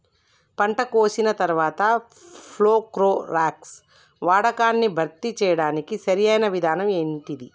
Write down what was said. పంట కోసిన తర్వాత ప్రోక్లోరాక్స్ వాడకాన్ని భర్తీ చేయడానికి సరియైన విధానం ఏమిటి?